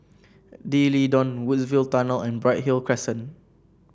D'Leedon Woodsville Tunnel and Bright Hill Crescent